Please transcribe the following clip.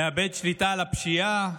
מאבד שליטה על הפשיעה,